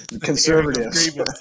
conservatives